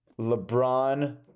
LeBron